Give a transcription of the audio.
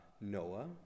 Noah